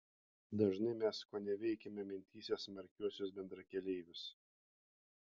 dažnai mes koneveikiame mintyse smarkiuosius bendrakeleivius